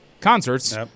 concerts